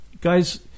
guys